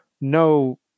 no